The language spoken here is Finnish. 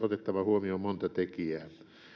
otettava huomioon monta tekijää